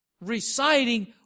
reciting